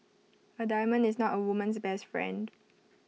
A diamond is not A woman's best friend